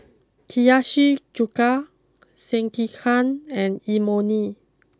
Hiyashi Chuka Sekihan and Imoni